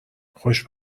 خوش